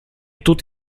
тут